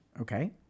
Okay